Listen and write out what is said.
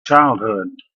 childhood